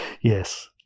Yes